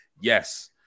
yes